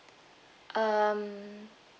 um